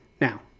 Now